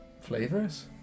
flavors